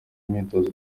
imyitozo